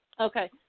Okay